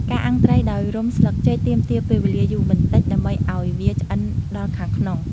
ការអាំងត្រីដោយរុំស្លឹកចេក ទាមទារពេលវេលាយូរបន្តិចដើម្បីឲ្យវាឆ្អិនដល់ខាងក្នុង។